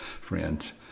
friends